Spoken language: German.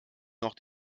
noch